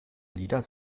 lieder